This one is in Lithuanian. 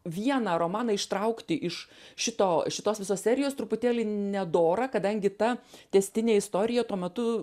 vieną romaną ištraukti iš šito šitos visos serijos truputėlį nedora kadangi ta tęstinė istorija tuo metu